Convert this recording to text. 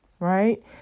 Right